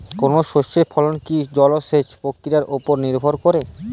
কোনো শস্যের ফলন কি জলসেচ প্রক্রিয়ার ওপর নির্ভর করে?